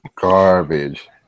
Garbage